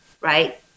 right